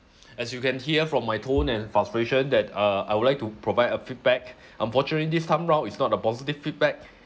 as you can hear from my tone and frustration that uh I would like to provide a feedback unfortunately this time round it's not a positive feedback